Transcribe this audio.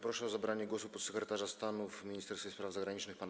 Proszę o zabranie głosu podsekretarza stanu w Ministerstwie Spraw Zagranicznych pana